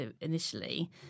initially